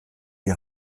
die